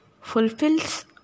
Fulfills